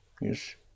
Yes